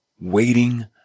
Waiting